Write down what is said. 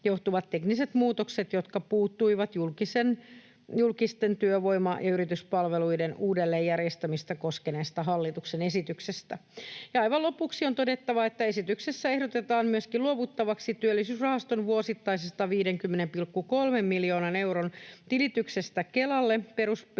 johtuvat tekniset muutokset, jotka puuttuivat julkisten työvoima- ja yrityspalveluiden uudelleenjärjestämistä koskeneesta hallituksen esityksestä. Aivan lopuksi on todettava, että esityksessä ehdotetaan myöskin luovuttavaksi Työllisyysrahaston vuosittaisesta 50,3 miljoonan euron tilityksestä Kelalle peruspäivärahan